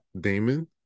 Damon